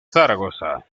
zaragoza